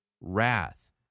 wrath